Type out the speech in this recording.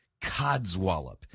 Codswallop